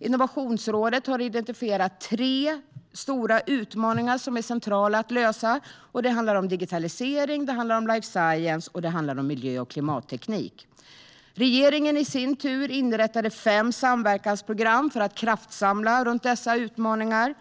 Innovationsrådet har identifierat tre stora utmaningar som är centrala att lösa, nämligen digitalisering, life science och miljö och klimatteknik. Regeringen inrättade i sin tur fem samverkansprogram för att kraftsamla runt dessa utmaningar: